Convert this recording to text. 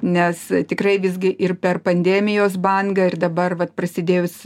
nes tikrai visgi ir per pandemijos bangą ir dabar vat prasidėjus